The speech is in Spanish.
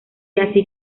así